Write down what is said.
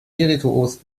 virtuos